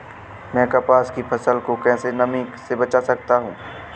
मैं कपास की फसल को कैसे नमी से बचा सकता हूँ?